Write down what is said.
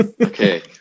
Okay